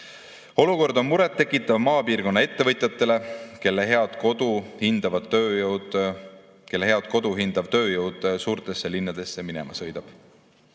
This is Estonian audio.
Olukord on muret tekitav maapiirkonna ettevõtjatele, kelle head kodu hindav tööjõud suurtesse linnadesse minema sõidab.